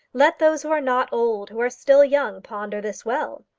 let those who are not old who are still young, ponder this well.